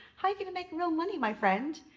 how are you gonna make real money, my friend?